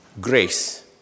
grace